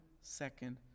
second